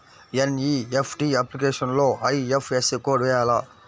NEFT అప్లికేషన్లో IFSC code వేయాలా?